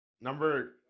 Number